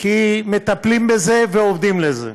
כי מטפלים בזה ועובדים על זה.